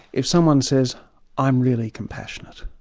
if someone says i'm really compassionate,